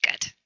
Good